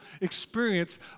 experience